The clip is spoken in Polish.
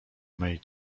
mej